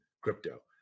crypto